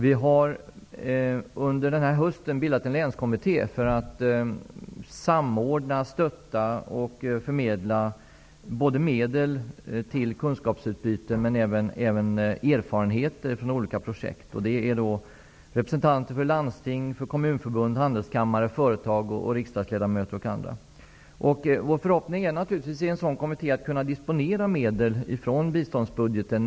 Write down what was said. Vi har under den här hösten bildat en länskommitté för att samordna, stötta och förmedla både medel till kunskapsutbyte och erfarenheter från olika projekt. I kommittén sitter representanter för bl.a. Vår förhoppning med denna kommitté är naturligtvis att vi skall kunna disponera medel från biståndsbudgeten.